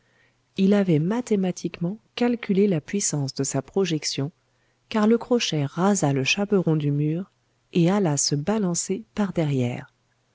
il avait mathématiquement calculé la puissance de sa projection car le crochet rasa le chaperon du mur et alla se balancer par derrière